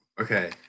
Okay